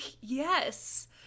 Yes